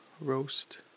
roast